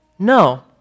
No